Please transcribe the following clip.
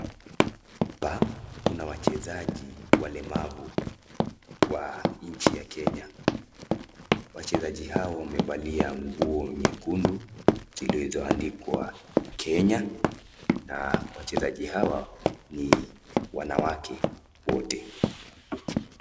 Hapa kuna wachezaji walemavu wa nchi ya Kenya. Wachezaji hawa wamevalia nguo nyekundu zilizoandikwa Kenya na wachezaji hawa ni wanawake wote.